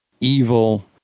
evil